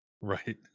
Right